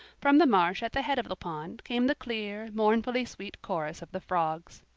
from the marsh at the head of the pond came the clear, mournfully-sweet chorus of the frogs.